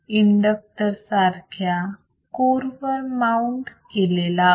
inductor सारख्या core वर mount केलेला आहे